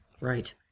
Right